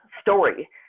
story